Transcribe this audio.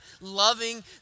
loving